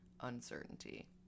uncertainty